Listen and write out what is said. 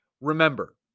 Remember